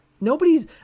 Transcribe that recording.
Nobody's –